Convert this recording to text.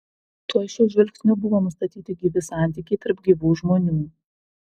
tuoj šiuo žvilgsniu buvo nustatyti gyvi santykiai tarp gyvų žmonių